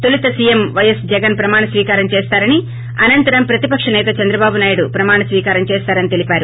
తొలుత CM YS Jagan ప్రమాణ స్వీకారం చేస్తారని అనంతరం ప్రతిపక్ష నేత చంద్రబాబు నాయుడు చేస్తారని తెలిపారు